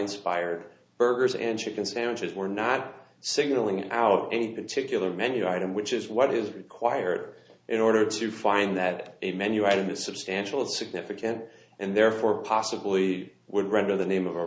inspired burgers and chicken sandwiches were not signaling out any particular menu item which is what is required in order to find that a menu item is substantial and significant and therefore possibly would render the name of a